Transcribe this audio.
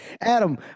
Adam